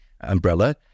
umbrella